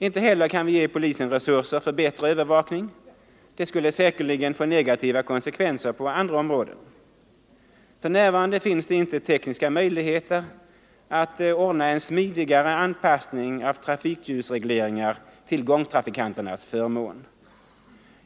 Inte heller kan vi ge polisen resurser för bättre övervakning — det skulle säkerligen få negativa konsekvenser på andra områden. För närvarande finns det inte tekniska möjligheter att ordna en smidigare anpassning av trafikljusregleringar till gångtrafikanternas förmån.